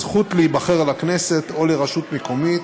הזכות להיבחר לכנסת או לרשות מקומית,